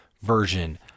version